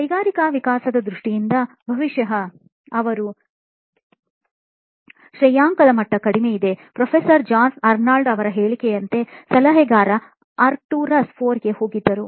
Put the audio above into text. ಕೈಗಾರಿಕಾ ವಿಕಾಸದ ದೃಷ್ಟಿಯಿಂದ ಬಹುಶಃ ಅವರ ಶ್ರೇಯಾಂಕದ ಮಟ್ಟ ಕಡಿಮೆ ಇದೆ ಪ್ರೊಫೆಸರ್ ಜಾನ್ ಅರ್ನಾಲ್ಡ್ ಅವರ ಹೇಳಿಕೆಯಂತೆ ಸಲಹೆಗಾರ ಆರ್ಕ್ಟುರಸ್ IV ಗೆ ಹೋಗಿದ್ದರು